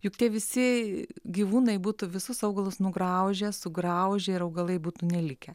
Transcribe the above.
juk tie visi gyvūnai būtų visus augalus nugraužę sugraužę ir augalai būtų nelikę